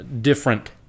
different